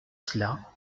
cela